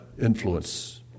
influence